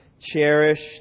Cherished